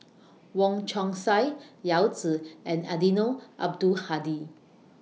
Wong Chong Sai Yao Zi and Eddino Abdul Hadi